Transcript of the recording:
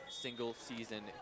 single-season